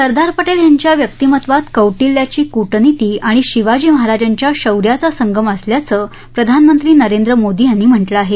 सरदार पटेल यांच्या व्यक्तिमत्त्वात कौटिल्याची कूटनीति आणि शिवाजी महाराजांच्या शौर्याचा संगम असल्याचं प्रधानमंत्री नरेंद्र मोदी यांनी म्हटलं आहे